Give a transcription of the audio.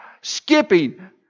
skipping